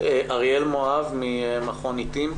אריאל מואב ממכון עתים.